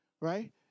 right